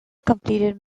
completed